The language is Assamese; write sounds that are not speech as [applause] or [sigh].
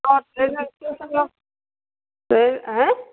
[unintelligible] হে